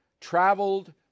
traveled